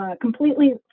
completely